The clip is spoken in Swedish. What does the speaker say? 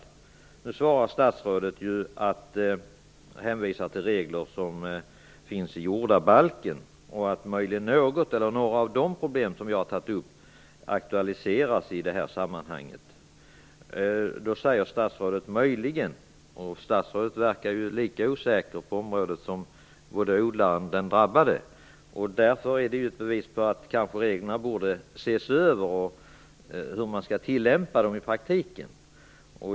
Nu hänvisade statsrådet till regler som finns i jordabalken och att möjligen något eller några av de problem som jag har tagit upp aktualiseras där. Statsrådet sade möjligen. Hon verkar lika osäker på området som både odlaren och den drabbade. Det är ett bevis på att man borde se över reglerna och dess tillämpning i praktiken.